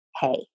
hey